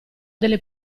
delle